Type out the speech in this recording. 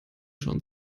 schon